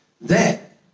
That